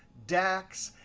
dax,